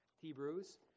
Hebrews